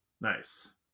Nice